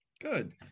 good